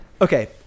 Okay